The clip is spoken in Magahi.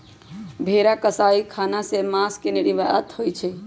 भेरा कसाई ख़ना से मास के निर्यात होइ छइ